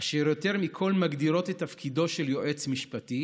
ויותר מכול מגדירות את תפקידו של יועץ משפטי,